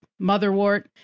motherwort